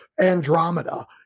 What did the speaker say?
Andromeda